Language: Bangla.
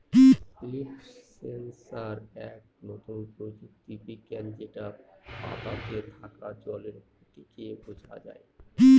লিফ সেন্সর এক নতুন প্রযুক্তি বিজ্ঞান যেটা পাতাতে থাকা জলের ক্ষতিকে বোঝায়